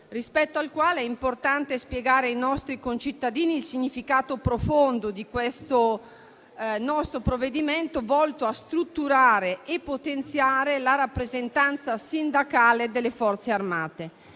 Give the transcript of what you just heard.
provvedimento. È importante spiegare ai nostri concittadini il significato profondo di questo nostro provvedimento, volto a strutturare e potenziare la rappresentanza sindacale delle Forze armate.